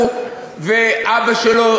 הוא ואבא שלו,